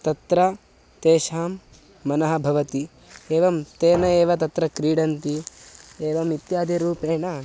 तत्र तेषां मनः भवति एवं तेन एव तत्र क्रीडन्ति एवम् इत्यादिरूपेण